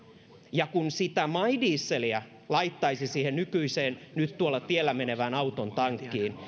ja kun sitä my dieseliä laittaisi siihen nykyisen nyt tuolla tiellä menevän auton tankkiin